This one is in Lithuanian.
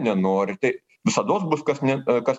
nenori tai visados bus kas ne kas